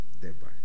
thereby